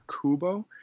Kubo